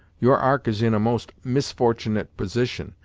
your ark is in a most misfortunate position,